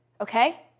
okay